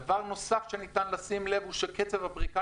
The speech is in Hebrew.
דבר נוסף שניתן לשים אליו לב שהוא שקצב הפריקה